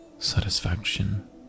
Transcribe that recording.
satisfaction